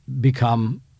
become